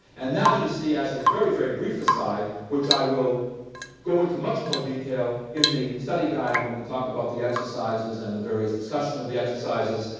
and now you see, as a very, very brief aside which i will go into much more detail in the study guide when we talk about the exercises and the various discussion of the exercises,